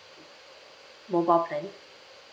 mobile plan